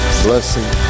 blessing